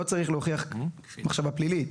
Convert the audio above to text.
לא צריך להוכיח מחשבה פלילית.